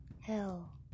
hell